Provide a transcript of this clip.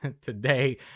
today